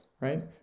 right